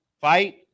fight